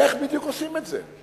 איך בדיוק עושים את זה?